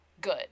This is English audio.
good